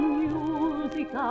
music